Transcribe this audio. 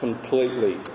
Completely